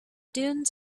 dunes